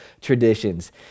traditions